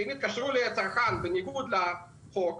שאם יתקשרו לצרכן בניגוד לחוק,